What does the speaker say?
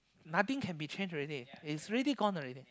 nothing can be changed already is already gone already